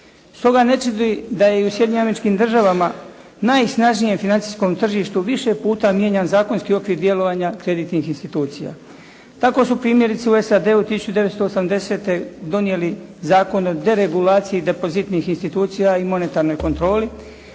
Stoga ne čudi da je u Sjedinjenim Američkim Državama, najsnažnijem financijskom tržištu više puta mijenjan zakonski okvir djelovanja kreditnih institucija. Tako su primjerice u SAD-u 1980. donijeli Zakon o deregulaciji depozitnih institucija i monetarnoj kontroli,